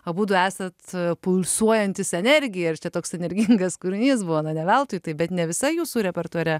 abudu esat pulsuojantis energija ir toks energingas kūrinys buvo ne veltui taip bet ne visa jūsų repertuare